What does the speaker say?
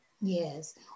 Yes